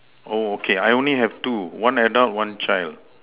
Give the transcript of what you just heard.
oh okay I only have two one adult one child